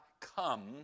come